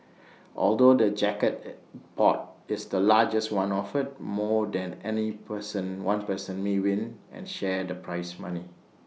although the jackpot is the largest one offered more than any person one person may win and share the prize money